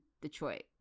Detroit